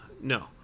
No